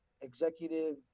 executive